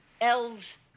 elves